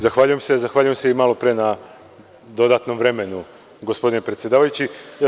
Zahvaljujem se, zahvaljujem se i malopre na dodatnom vremenu, gospodine predsedavajući.